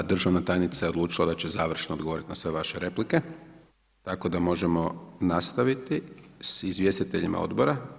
Da, državna tajnica je odlučila da će završno odgovoriti na sve vaše replike, tako da možemo nastaviti s izvjestiteljima odbora.